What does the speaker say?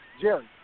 Jerry